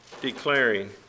declaring